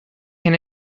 can